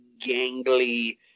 gangly